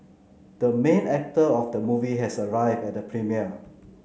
the main actor of the movie has arrived at the premiere